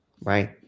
Right